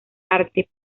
arte